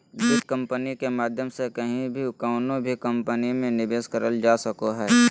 वित्त कम्पनी के माध्यम से कहीं भी कउनो भी कम्पनी मे निवेश करल जा सको हय